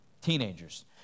Teenagers